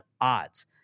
odds